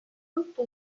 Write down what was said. molto